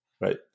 Right